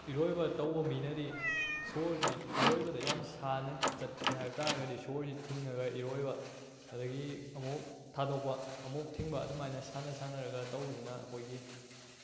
ꯏꯔꯣꯏꯕ ꯇꯧꯕ ꯃꯤꯅꯗꯤ ꯁꯣꯔꯁꯤ ꯏꯔꯣꯏꯕꯗ ꯌꯥꯝ ꯁꯥꯟꯅ ꯆꯠꯀꯦ ꯍꯥꯏꯕ ꯇꯥꯔꯒꯗꯤ ꯁꯣꯔꯁꯤ ꯊꯤꯡꯂꯒ ꯏꯔꯣꯏꯕ ꯑꯗꯒꯤ ꯑꯃꯨꯛ ꯊꯥꯗꯣꯛꯄ ꯑꯃꯨꯛ ꯊꯤꯡꯕ ꯑꯗꯨꯃꯥꯏꯅ ꯁꯥꯟꯅ ꯁꯥꯟꯅꯔꯒ ꯇꯧꯕꯁꯤꯅ ꯑꯩꯈꯣꯏꯒꯤ